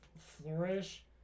flourish